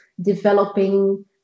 developing